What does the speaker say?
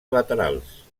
laterals